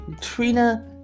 Trina